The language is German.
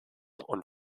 und